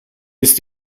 ist